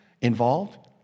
involved